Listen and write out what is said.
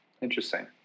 Interesting